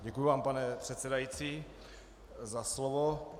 Děkuji vám, pane předsedající, za slovo.